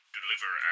deliver